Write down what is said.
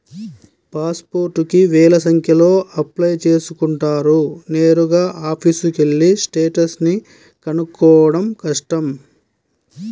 pass పోర్టుకి వేల సంఖ్యలో అప్లై చేసుకుంటారు నేరుగా ఆఫీసుకెళ్ళి స్టేటస్ ని కనుక్కోడం కష్టం